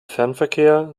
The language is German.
fernverkehr